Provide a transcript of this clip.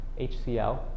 HCl